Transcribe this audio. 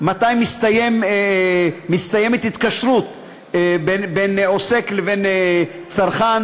מתי מסתיימת התקשרות בין עוסק לבין צרכן,